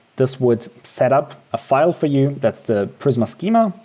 this would set up a file for you. that's the prisma schema.